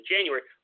January